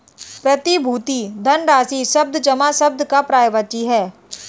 प्रतिभूति धनराशि शब्द जमा शब्द का पर्यायवाची है